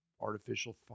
artificial